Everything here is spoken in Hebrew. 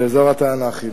זה אזור התענכים.